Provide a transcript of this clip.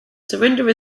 surrender